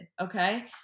Okay